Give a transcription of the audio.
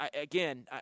again